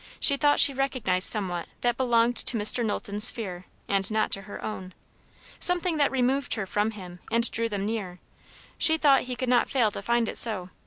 she thought she recognised somewhat that belonged to mr. knowlton's sphere and not to her own something that removed her from him and drew them near she thought he could not fail to find it so.